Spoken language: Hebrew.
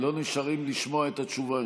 לא נשארים לשמוע את התשובה.